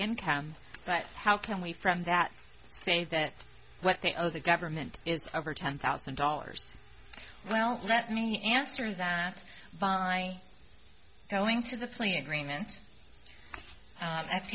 income but how can we from that say that what they owe the government is over ten thousand dollars well let me answer that by going to the plea agreement it's that